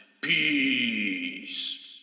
peace